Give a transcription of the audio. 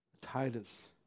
Titus